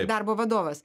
darbo vadovas